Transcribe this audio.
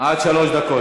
עד שלוש דקות.